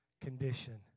condition